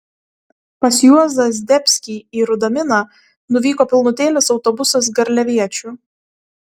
pas juozą zdebskį į rudaminą nuvyko pilnutėlis autobusas garliaviečių